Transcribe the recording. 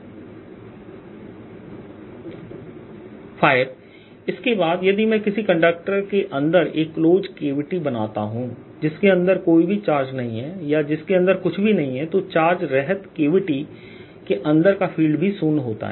EdsEn aa0 or En0 5 इसके बाद यदि मैं किसी कंडक्टर के अंदर एक क्लोज कैविटी बनाता हूं जिसके अंदर कोई भी चार्ज नहीं है या जिसके अंदर कुछ भी नहीं है तो चार्ज रहित कैविटी के अंदर का फील्ड भी शून्य होता है